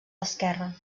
esquerra